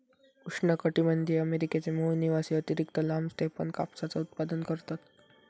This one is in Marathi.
उष्णकटीबंधीय अमेरिकेचे मूळ निवासी अतिरिक्त लांब स्टेपन कापसाचा उत्पादन करतत